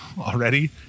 already